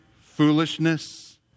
foolishness